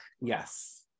yes